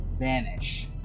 vanish